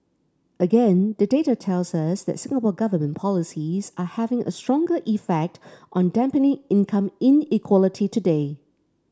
again the data tells us that Singapore Government policies are having a stronger effect on dampening income inequality today